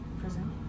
prison